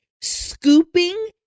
scooping